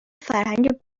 فرهنگ